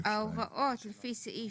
(2)ההוראות לפי סעיף